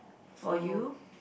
for you